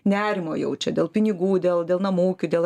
nerimo jaučia dėl pinigų dėl dėl namų ūkių dėl